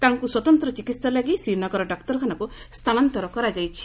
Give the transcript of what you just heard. ତାଙ୍କୁ ସ୍ୱତନ୍ତ୍ର ଚିକିତ୍ସା ଲାଗି ଶ୍ରୀନଗର ଡାକ୍ତରଖାନାକୁ ସ୍ଥାନାନ୍ତର କରାଯାଇଛି